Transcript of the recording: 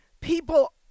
people